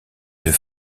deux